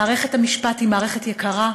מערכת המשפט היא מערכת יקרה.